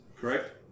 correct